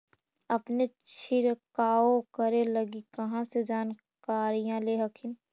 अपने छीरकाऔ करे लगी कहा से जानकारीया ले हखिन?